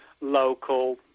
local